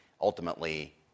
ultimately